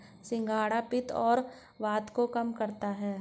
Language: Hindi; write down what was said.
सिंघाड़ा पित्त और वात को कम करता है